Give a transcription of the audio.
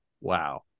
Wow